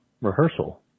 rehearsal